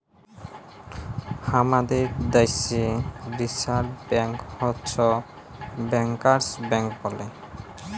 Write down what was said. হামাদের দ্যাশে reserve bank হচ্ছ ব্যাংকার্স ব্যাঙ্ক বলে